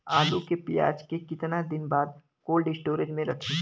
आलू के उपज के कितना दिन बाद कोल्ड स्टोरेज मे रखी?